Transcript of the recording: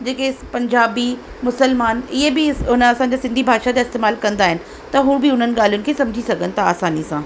जेके पंजाबी मुसलमान इहे बि उन असांजा सिंधी भाषा जा इस्तेमालु कंदा आहिनि त हू बि हुननि ॻाल्हियुनि खे सम्झी सघनि था आसानी सां